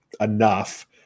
Enough